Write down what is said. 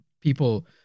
people